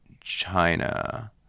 China